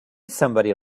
somebody